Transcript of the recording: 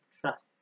trust